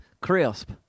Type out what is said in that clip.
crisp